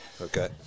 Okay